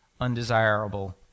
undesirable